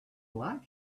like